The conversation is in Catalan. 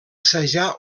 assajar